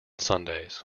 sundays